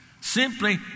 Simply